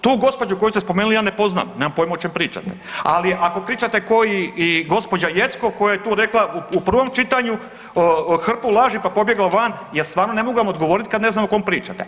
Tu gospođu koju ste spomenuli ja ne poznam, nemam poima o čemu pričate, ali ako pričate ko i gospođa Jeckov koja je tu rekla u prvom čitanju u laži pa pobjegla van, ja stvarnom ne mogu vam odgovorit kad ne znam o kome pričate.